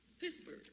Pittsburgh